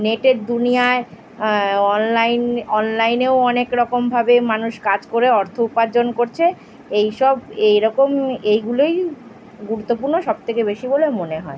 নেটের দুনিয়ায় অনলাইন অনলাইনেও অনেক রকমভাবে মানুষ কাজ করে অর্থ উপার্জন করছে এই সব এই রকম এইগুলোই গুরুত্বপূর্ণ সবথেকে বেশি বলে মনে হয়